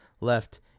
left